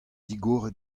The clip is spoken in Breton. digoret